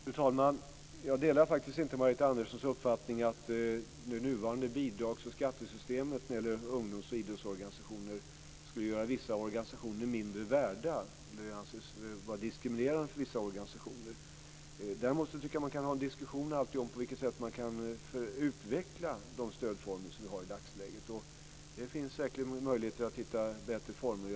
Fru talman! Jag delar inte Margareta Anderssons uppfattning att det nuvarande bidrags och skattesystemet när det gäller ungdoms och idrottsorganisationer skulle göra vissa organisationer mindre värda eller att det skulle vara diskriminerande. Däremot tycker jag att man kan ha en diskussion om på vilket sätt man kan utveckla de stödformer som vi har i dagsläget. Det går säkert att hitta ett bättre system.